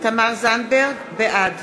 בעד